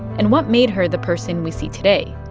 and what made her the person we see today,